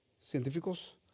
científicos